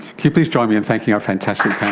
you please join me in thanking our fantastic